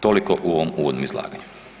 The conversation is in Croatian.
Toliko u ovom uvodnom izlaganju.